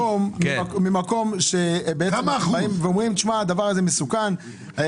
אומר ממקום שאומרים שהדבר הזה מסוכן.